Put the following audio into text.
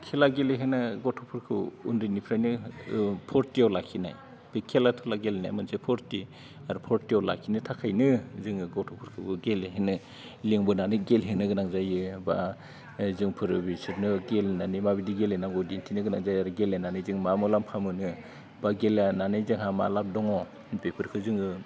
खेला गेलेहोनो गथ'फोरखौ उन्दैनिफ्रायनो फुरथिआव लाखिनाय बे खेला धुला गेलेनाया मोनसे फुरथि आरो फुरथिआव लाखिनो थाखायनो जोङो गथ'फोरखौ गेलेहोनो लेंबोनानै गेलेहोनो गोनां जायो बा जोंफोर बिसोरनो गेलेनानै माबायदि गेलेनांगौ दिन्थिनो गोनां जायो आरो गेलेनानै जों मा मुलाम्फा मोनो बा गेलेनानै जोंहा मा लाब दङ बेफोरखो जोङो